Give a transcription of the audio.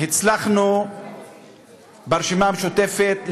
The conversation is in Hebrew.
ברשימה המשותפת,